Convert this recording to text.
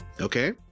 Okay